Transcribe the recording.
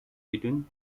between